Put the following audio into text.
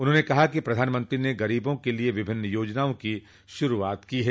उन्होंने कहा कि प्रधानमंत्री ने गरीबों के लिये विभिन्न योजनाओं की शरूआत की है